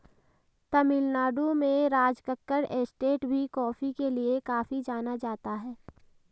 तमिल नाडु में राजकक्कड़ एस्टेट भी कॉफी के लिए काफी जाना जाता है